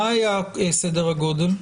מה היה סדר הגודל?